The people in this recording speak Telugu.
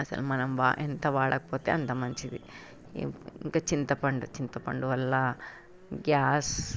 అసలు మనం ఎంత వాడకపోతే అంత మంచిది ఇంకా చింతపండు చింతపండు వల్ల గ్యాస్